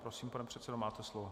Prosím, pane předsedo, máte slovo.